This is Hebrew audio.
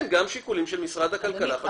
גם שיקולים של משרד הכלכלה חשובים פה.